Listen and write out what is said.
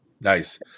Nice